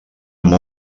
amb